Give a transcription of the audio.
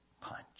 punch